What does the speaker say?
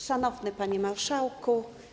Szanowny Panie Marszałku!